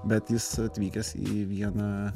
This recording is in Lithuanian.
bet jis atvykęs į vieną